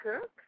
Cook